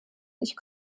ich